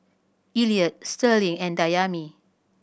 Elliot Sterling and Dayami